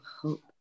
hope